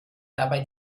dabei